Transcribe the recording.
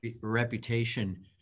reputation